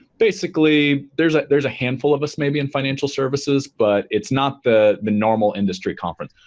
basically, there's like there's a handful of us maybe in financial services but it's not the the normal industry conference.